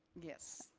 yes.